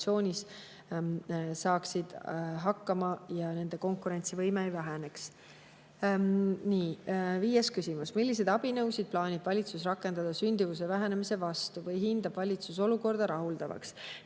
saaksid hakkama ja nende konkurentsivõime ei väheneks. Viies küsimus: "Milliseid abinõusid plaanib valitsus rakendada sündivuse vähenemise vastu? Või hindab valitsus olukorda rahuldavaks?